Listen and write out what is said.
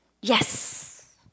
yes